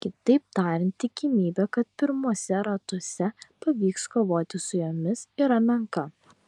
kitaip tariant tikimybė kad pirmuose ratuose pavyks kovoti su jomis yra menka